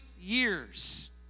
years